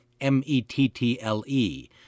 M-E-T-T-L-E